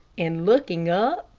and looking up,